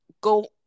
go